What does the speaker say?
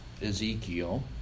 Ezekiel